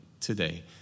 today